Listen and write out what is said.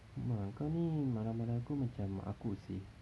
memang ah kau ni marah-marah aku macam mak aku seh